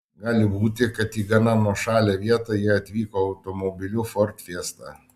gali būti kad į gana nuošalią vietą jie atvyko automobiliu ford fiesta